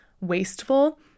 wasteful